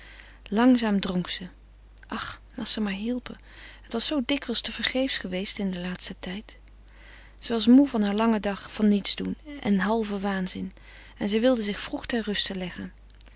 langzaam dronk ze ach als ze maar hielpen het was zoo dikwijls tevergeefs geweest in den laatsten tijd zij was moê van haren langen dag van niets doen en halven waanzin en zij wilde zich vroeg ter ruste leggen